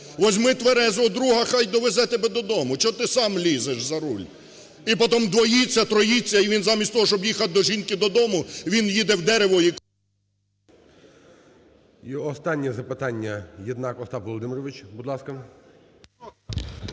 візьми тверезого друга, хай довезе тебе додому, чого ти сам лізеш за руль. І потім двоїться-троїться і він замість того, щоб їхати до жінки додому, він їде в дерево… ГОЛОВУЮЧИЙ. І останнє запитання – Єднак Остап Володимирович, будь ласка.